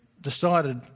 decided